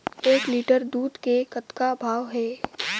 एक लिटर दूध के कतका भाव हे?